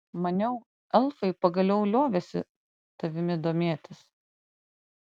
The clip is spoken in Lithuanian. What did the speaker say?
maniau elfai pagaliau liovėsi tavimi domėtis